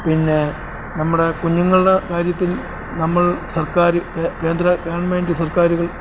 പിന്നെ നമ്മുടെ കുഞ്ഞുങ്ങളുടെ കാര്യത്തിൽ നമ്മൾ സർക്കാർ കേന്ദ്ര ഗവൺമെൻറ്റ് സർക്കാരുകൾ